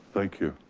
thank you.